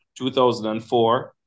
2004